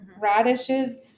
Radishes